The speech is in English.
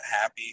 happy